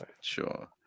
Sure